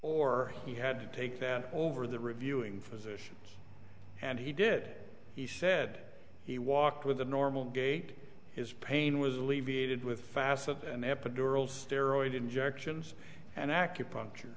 or he had to take that over the reviewing physician and he did he said he walked with a normal gait his pain was alleviated with facet an epidural steroid injections and acupuncture